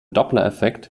dopplereffekt